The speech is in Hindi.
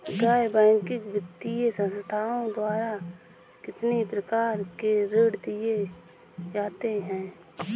गैर बैंकिंग वित्तीय संस्थाओं द्वारा कितनी प्रकार के ऋण दिए जाते हैं?